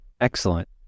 Excellent